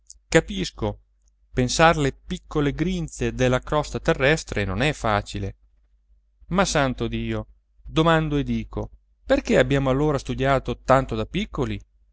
capisco pensarle piccole grinze della crosta terrestre non è facile ma santo dio domando e dico perché abbiamo allora studiato tanto da piccoli